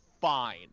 fine